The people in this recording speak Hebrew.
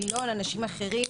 הנילון ואנשים אחרים.